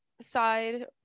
side